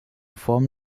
form